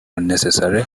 necessary